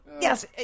yes